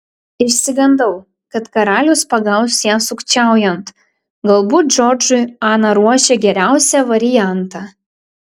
išsigandau kad karalius pagaus ją sukčiaujant galbūt džordžui ana ruošė geriausią variantą